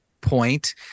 point